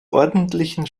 ordentlichen